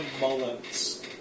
Mullins